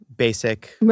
basic